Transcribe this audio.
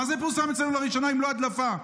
מה זה "פורסם אצלנו לראשונה" אם לא הדלפה?